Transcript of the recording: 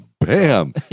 bam